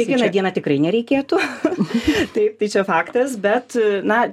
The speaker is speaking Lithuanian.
kiekvieną dieną tikrai nereikėtų tai tai čia faktas bet na